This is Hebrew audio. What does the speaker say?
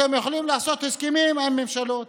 אתם יכולים לעשות הסכמים עם ממשלות,